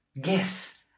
guess